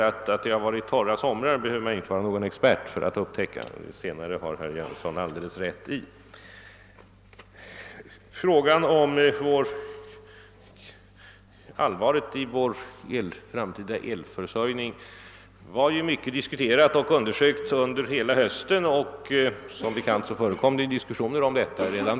Att det varit två torra somrar behöver vi väl inte vara experter för att veta, sade herr Jönsson. Det senare har han alldeles rätt i. och allvaret i situationen undersöktes och diskuterades mycket under hela hösten.